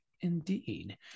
Indeed